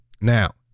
Now